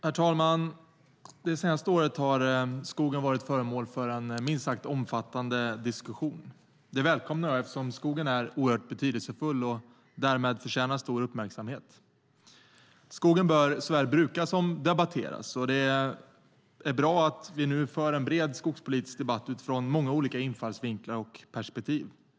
Herr talman! Det senaste året har skogen varit föremål för en minst sagt omfattande diskussion. Det välkomnar jag eftersom skogen är oerhört betydelsefull och därför förtjänar stor uppmärksamhet. Skogen bör såväl brukas som debatteras, och det är bra att vi nu för en bred skogsdebatt utifrån många olika infallsvinklar och perspektiv.